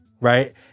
right